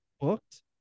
booked